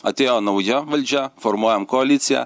atėjo nauja valdžia formuojam koaliciją